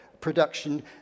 production